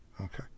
Okay